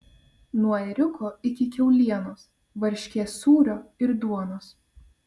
nuo ėriuko iki kiaulienos varškės sūrio ir duonos